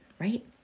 right